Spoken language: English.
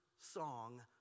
song